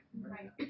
Right